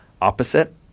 opposite